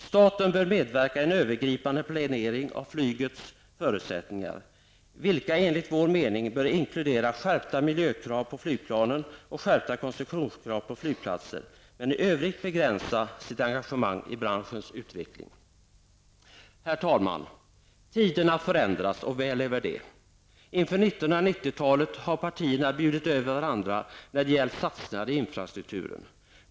Staten bör medverka i en övergripande planering av flygets förutsättningar, vilka enligt vår mening bör inkludera skärpta miljökrav på flygplanen och skärpta koncessionskrav beträffande flygplatserna. Men i övrigt bör staten begränsa sitt engagemang i branschens utveckling. Herr talman! Tiderna förändras och väl är väl det. Inför 1990-talet har partierna bjudit över varandra när det gällt satsningar i infrastrukturen.